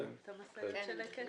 את המשאיות של "לקט"?